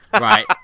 right